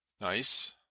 Nice